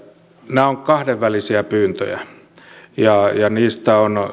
nämä ovat kahdenvälisiä pyyntöjä ja suomelle on